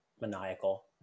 maniacal